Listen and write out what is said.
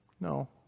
no